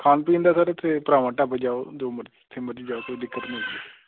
ਖਾਣ ਪੀਣ ਦਾ ਸਰ ਇੱਥੇ ਭਰਾਵਾਂ ਢਾਬਾ ਜਾਓ ਜੋ ਮਰਜ਼ੀ ਜਿੱਥੇ ਮਰਜ਼ੀ ਜਾਓ ਕੋਈ ਦਿੱਕਤ ਨਹੀਂ